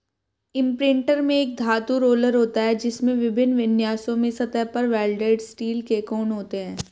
imprinter में एक धातु रोलर होता है, जिसमें विभिन्न विन्यासों में सतह पर वेल्डेड स्टील के कोण होते हैं